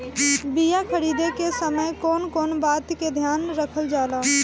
बीया खरीदे के समय कौन कौन बात के ध्यान रखल जाला?